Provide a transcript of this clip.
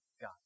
God